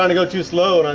and go too slow